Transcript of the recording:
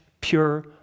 pure